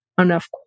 enough